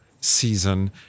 season